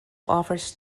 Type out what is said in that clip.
offers